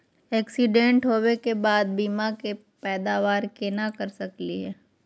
Accident होवे के बाद बीमा के पैदावार केना कर सकली हे?